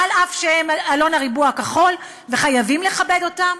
אף שהם "אלון הריבוע הכחול" וחייבים לכבד אותם,